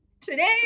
today